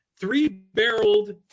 three-barreled